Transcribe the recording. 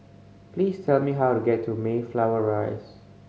please tell me how to get to Mayflower Rise